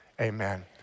amen